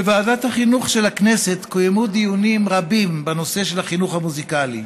בוועדת החינוך של הכנסת קוימו דיונים רבים בנושא החינוך המוזיקלי.